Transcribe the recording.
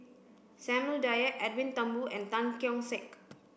Samuel Dyer Edwin Thumboo and Tan Keong Saik